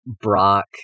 Brock